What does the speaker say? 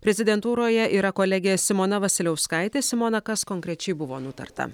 prezidentūroje yra kolegė simona vasiliauskaitė simona kas konkrečiai buvo nutarta